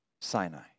Sinai